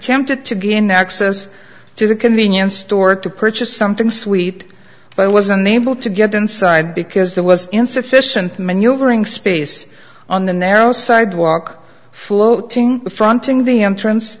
attempted to gain access to the convenience store to purchase something sweet but was unable to get inside because there was insufficient maneuvering space on the narrow sidewalk floating fronting the entrance